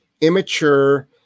immature